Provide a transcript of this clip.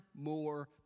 more